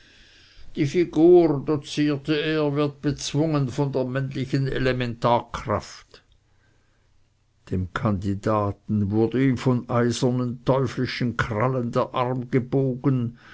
die figur dozierte er wird bezwungen von der männlichen elementarkraft dem kandidaten wurde wie von eisernen teuflischen krallen der arm gebogen